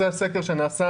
זה הסקר שנעשה